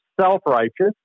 self-righteous